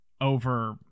over